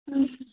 ହୁଁ